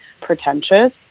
pretentious